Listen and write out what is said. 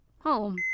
home